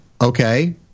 okay